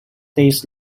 days